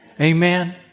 Amen